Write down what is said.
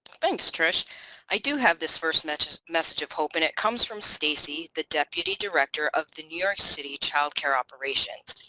thanks trish i do have this first message message of hope and it comes from stacey the deputy director of new york city child care operations.